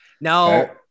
Now